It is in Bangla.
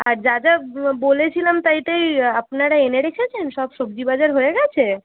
আর যা যা বলেছিলাম তাই তাই আপনারা এনে রেখেছেন সব সবজি বাজার হয়ে গেছে